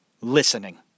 Listening